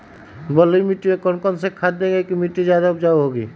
बलुई मिट्टी में कौन कौन से खाद देगें की मिट्टी ज्यादा उपजाऊ होगी?